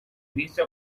visto